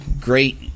great